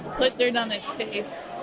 put dirt on its face,